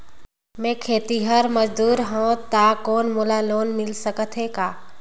मैं खेतिहर मजदूर हों ता कौन मोला लोन मिल सकत हे का?